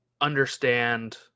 understand